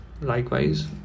Likewise